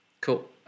Cool